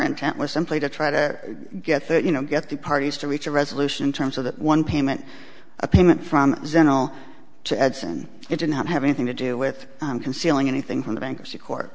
intent was simply to try to get you know get the parties to reach a resolution in terms of that one payment a payment from zentral to edson it did not have anything to do with concealing anything from the bankruptcy court